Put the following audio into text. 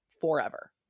forever